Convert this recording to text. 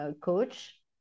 coach